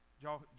y'all